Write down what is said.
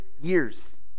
years